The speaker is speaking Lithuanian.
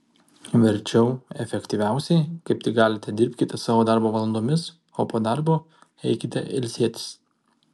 verčiau efektyviausiai kaip tik galite dirbkite savo darbo valandomis o po darbo eikite ilsėtis